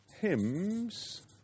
hymns